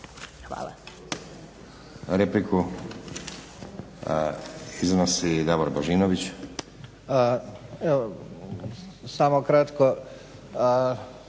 Hvala.